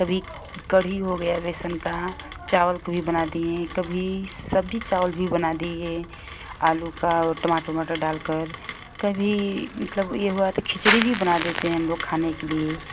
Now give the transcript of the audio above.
कभी कढ़ी हो गया बेसन का चावल पूरी बना दिये कभी सब्जी चावल भी बना दिये आलू का टमाटर उमाटर डाल कर कभी मतलब ये हुआ तो खिचड़ी भी बना देते हैं हम लोग खाने के लिए